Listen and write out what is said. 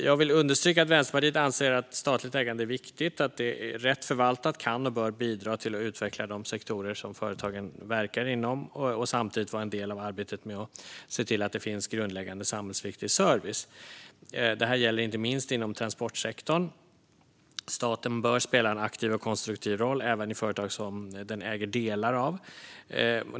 Jag vill understryka att Vänsterpartiet anser att statligt ägande är viktigt och att det rätt förvaltat kan och bör bidra till att utveckla de sektorer som företagen verkar inom. Samtidigt kan det vara en del av arbetet med att se till att det finns grundläggande samhällsviktig service. Det här gäller inte minst inom transportsektorn. Staten bör spela en aktiv och konstruktiv roll även i företag som den äger delar av.